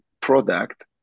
product